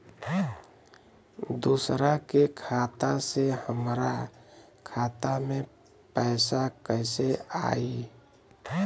दूसरा के खाता से हमरा खाता में पैसा कैसे आई?